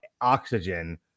oxygen